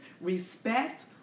respect